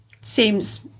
Seems